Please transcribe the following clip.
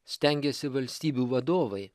stengėsi valstybių vadovai